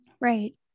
right